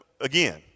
again